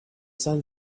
sun